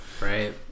right